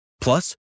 Plus